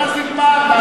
זה לא יחזיק מים.